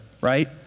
right